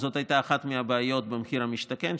זאת הייתה אחת הבעיות במחיר למשתכן,